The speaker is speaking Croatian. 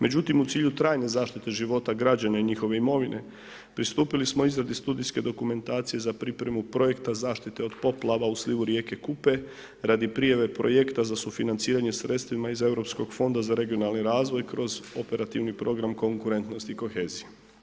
Međutim u cilju trajne zaštite života građana i njihove imovine pristupili smo izradi studijske dokumentacije za pripremu projekta zaštite od poplava u slivu rijeke Kupe radi prijave projekta za sufinanciranje sredstvima iz Europskog fonda za regionalni razvoj kroz Operativni program konkurentnost i kohezija.